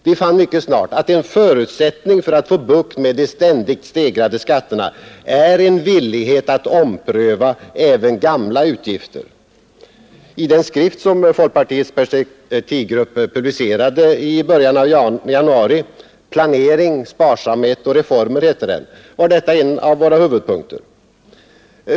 Vi fann mycket snart, att en förutsättning för att få bukt med de ständigt stegrade skatterna är en villighet att ompröva även gamla utgifter. I den skrift som folkpartiets perspektivgrupp publicerade i början av januari, ”Planering, sparsamhet, reformer”, var detta en av våra huvudpunkter.